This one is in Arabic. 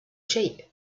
شيء